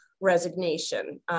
Resignation